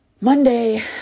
Monday